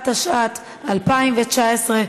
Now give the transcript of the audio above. התשע"ט 2019,